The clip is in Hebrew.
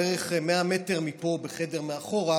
בערך 100 מטר מפה, בחדר מאחור,